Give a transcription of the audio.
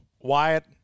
Wyatt